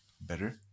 better